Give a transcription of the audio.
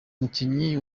umukinnyi